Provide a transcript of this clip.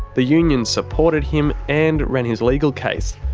the union supported him, and ran his legal case.